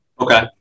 Okay